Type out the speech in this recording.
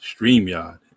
StreamYard